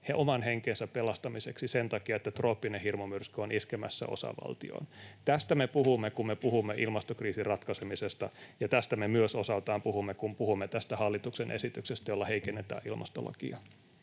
oman henkensä pelastamiseksi sen takia, että trooppinen hirmumyrsky on iskemässä osavaltioon. Tästä me puhumme, kun me puhumme ilmastokriisin ratkaisemisesta, ja tästä me myös osaltaan puhumme, kun puhumme tästä hallituksen esityksestä, jolla heikennetään ilmastolakia.